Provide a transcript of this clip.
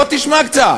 בוא תשמע קצת,